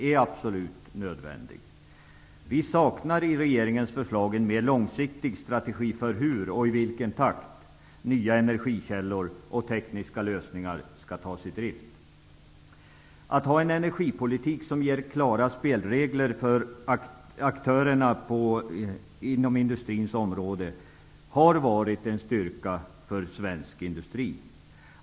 I regeringens förslag saknar vi en mer långsiktig strategi för hur, och i vilken takt, nya energikällor och tekniska lösningar skall tas i drift. Att ha en energipolitik som ger klara spelregler för aktörerna inom industrin har varit en styrka för industrin.